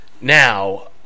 now